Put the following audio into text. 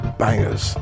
bangers